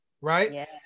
right